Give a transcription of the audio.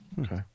Okay